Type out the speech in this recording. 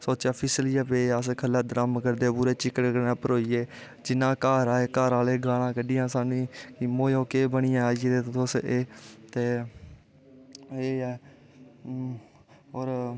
सोचेआ फिसलियै पे अस दड़म करदे अस चिकड़ै नै भरोइये जियां घर आए घर आह्लैं गालां कड्डियां साह्नू मोयो केह् बनियै आए तुस एह् ते एह्् ऐ और